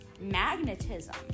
magnetism